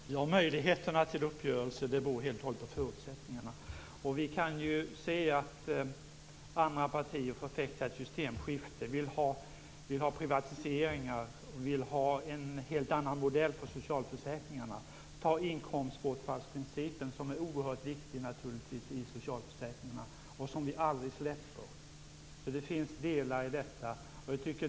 Herr talman! Möjligheterna till uppgörelse beror helt och hållet på förutsättningarna. Vi kan se att andra partier förfäktar ett systemskifte och vill ha privatiseringar och en helt annan modell för socialförsäkringarna. Ta som exempel inkomstbortfallsprincipen, som är oerhört viktig i socialförsäkringarna och som vi aldrig släpper. Det finns olika delar i detta.